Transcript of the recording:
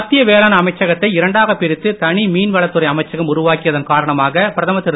மத்திய வேளாண் அமைச்சகத்தை இரண்டாக பிரித்து தனி மீன்வளத்துறை அமைச்சகம் உருவாக்கியதன் காரணமாக பிரதமர் திரு